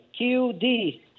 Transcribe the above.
QD